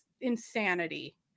insanity